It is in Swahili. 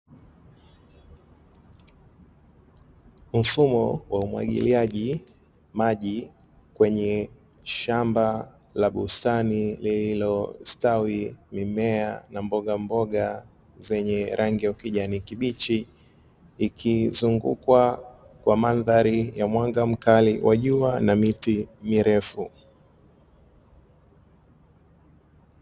Mfumo wa umwagiliaji maji kwenye shamba la bustani lililostawi mimea na mbogamboga zenye rangi ya kijani kibichi, ikizungukwa kwa mandhari ya mwanga mkali wa jua na miti mirefu.